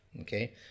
Okay